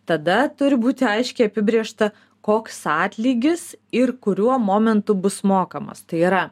tada turi būti aiškiai apibrėžta koks atlygis ir kuriuo momentu bus mokamas tai yra